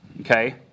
okay